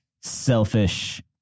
selfish